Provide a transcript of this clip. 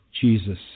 Jesus